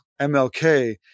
MLK